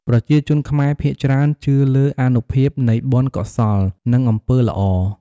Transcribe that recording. ប្រជាជនខ្មែរភាគច្រើនជឿលើអានុភាពនៃបុណ្យកុសល និងអំពើល្អ។